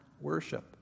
worship